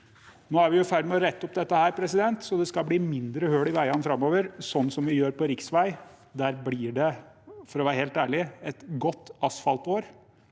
Nå er vi i ferd med å rette opp dette sånn at det skal bli mindre av hull i veiene framover – sånn som vi gjør det på riksveiene. Der blir det, for å være helt ærlig, et godt asfaltår